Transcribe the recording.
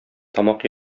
тамак